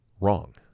wrong